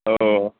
ওহ